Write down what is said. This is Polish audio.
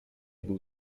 był